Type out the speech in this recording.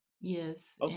yes